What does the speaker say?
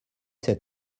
cet